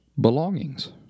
belongings